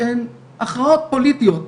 תודה וסליחה ממי שעוד נמצאים איתנו בזום